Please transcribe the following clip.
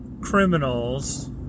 criminals